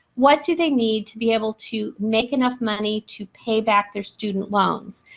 what do they need to be able to make enough money to pay back their student loans.